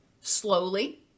slowly